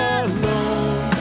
alone